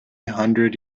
hundred